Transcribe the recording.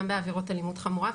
גם בעבירות אלימות חמורה,